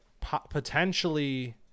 potentially